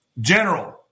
general